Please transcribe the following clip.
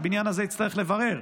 שהבניין הזה יצטרך לברר: